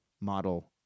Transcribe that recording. model